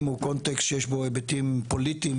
הוא קונטקסט שיש בו היבטים פוליטיים,